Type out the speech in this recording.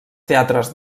teatres